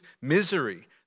misery